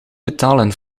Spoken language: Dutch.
betalen